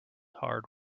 hard